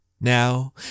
Now